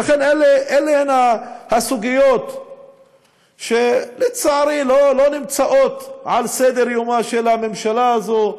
אלה הן הסוגיות שלצערי לא נמצאות על סדר-יומה של הממשלה הזאת,